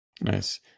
nice